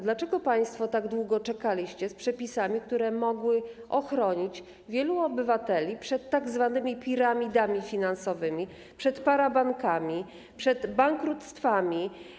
Dlaczego państwo tak długo czekaliście z przepisami, które mogły ochronić wielu obywateli przed tzw. piramidami finansowymi, przed parabankami, przed bankructwami?